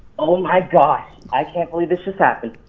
oh my god, i can't believe this just happened.